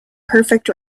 perfect